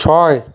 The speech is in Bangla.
ছয়